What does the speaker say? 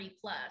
plus